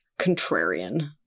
contrarian